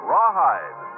Rawhide